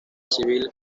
civil